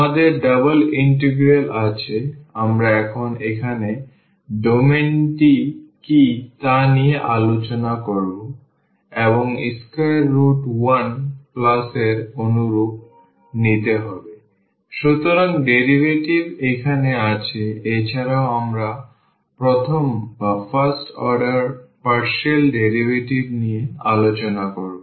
আমাদের double integral আছে আমরা এখন এখানে ডোমেইন কি তা নিয়ে আলোচনা করব এবং square root 1 প্লাস এর অনুরূপ নিতে হবে আমাদের ডেরিভেটিভ এখানে আছে এছাড়াও আমরা প্রথম অর্ডার পার্শিয়াল ডেরিভেটিভ নিয়ে আলোচনা করব